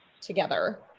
together